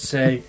Say